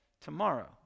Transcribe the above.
Tomorrow